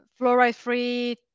fluoride-free